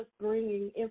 bringing